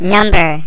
Number